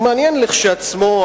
שהוא מעניין כשלעצמו,